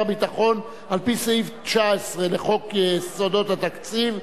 הביטחון על-פי סעיף 19 לחוק יסודות התקציב,